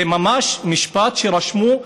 זה ממש משפט שרשמו.